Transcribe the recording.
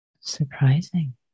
Surprising